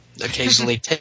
occasionally